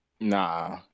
Nah